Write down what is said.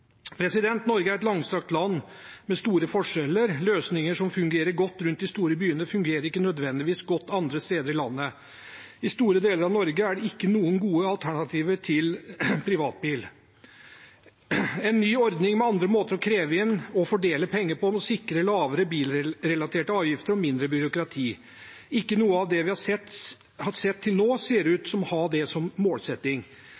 Norge er et langstrakt land med store forskjeller. Løsninger som fungerer godt rundt de store byene, fungerer ikke nødvendigvis godt andre steder i landet. I store deler av Norge er det ikke noen gode alternativer til privatbil. En ny ordning med andre måter å kreve inn og fordele penger på vil sikre lavere bilrelaterte avgifter og mindre byråkrati. Ikke noe av det vi har sett til nå, ser ut til